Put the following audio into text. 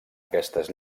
aquestes